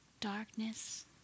darkness